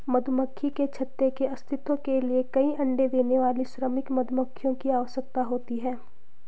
मधुमक्खी के छत्ते के अस्तित्व के लिए कई अण्डे देने वाली श्रमिक मधुमक्खियों की आवश्यकता होती है